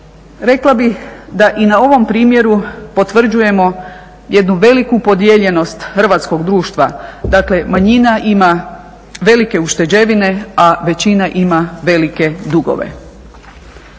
Rekla bih da i na ovom primjeru potvrđujemo jednu veliku podijeljenost hrvatskog društva. Dakle manjina ima velike ušteđevine, a većina ima velike dugove.